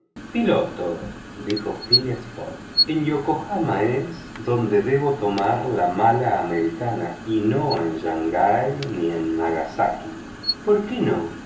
piloto dijo phileas fogg en yokohama es donde debo tomar el correo americano y no en shangai ni en nagasaki por qué no